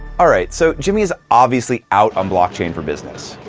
all right, so jimmy is obviously out on blockchain for business,